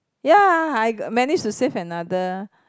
ya I manage to save another